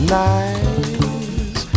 nice